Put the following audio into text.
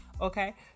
okay